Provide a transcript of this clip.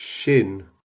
shin